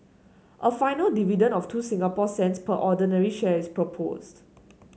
a final dividend of two Singapore cents per ordinary share is proposed